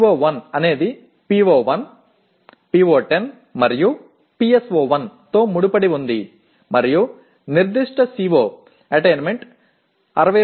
CO1 என்பது PO1 PO10 மற்றும் PSO1 உடன் தொடர்புடையது மற்றும் குறிப்பிட்ட CO அடைதல் 62